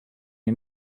you